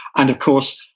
and of course,